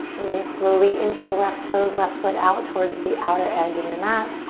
we're gonna slowly inch the left toes, left foot out towards the outer edge of your mat.